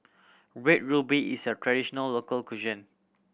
Red Ruby is a traditional local cuisine